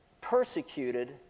persecuted